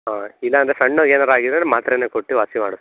ಹಾಂ ಇಲ್ಲಾಂದ್ರೆ ಸಣ್ಣದು ಏನಾರ ಆಗಿದ್ದರೆ ಮಾತ್ರೆಯೇ ಕೊಟ್ಟು ವಾಸಿ ಮಾಡಿಸ್ತೀನಿ